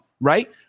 right